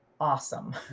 awesome